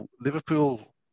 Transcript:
Liverpool